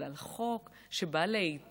אבל על חוק שבא להיטיב